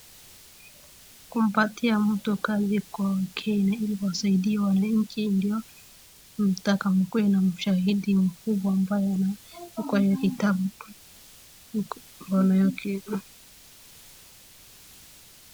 Kumpatia mtu kazi kwa MKenya ili kuwasaidia wananchi ndio, mkitaka mkuwe na mshahidi mkubwa ambaye ana, chukua hio kitabu, maana yake.